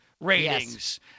ratings